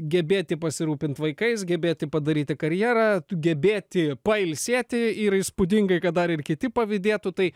gebėti pasirūpint vaikais gebėti padaryti karjerą gebėti pailsėti ir įspūdingai kad dar ir kiti pavydėtų tai